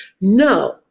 No